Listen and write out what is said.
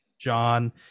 John